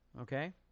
Okay